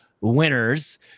winners